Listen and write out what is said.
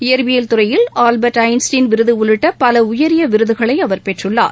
இயற்பியல் துறையில் Albert Einstein விருது உள்ளிட்ட பல உயரிய விருதுகளை அவர் பெற்றுள்ளார்